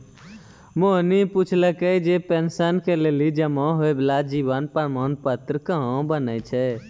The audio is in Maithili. मोहिनी पुछलकै जे पेंशन के लेली जमा होय बाला जीवन प्रमाण पत्र कहाँ बनै छै?